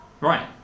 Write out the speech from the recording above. Right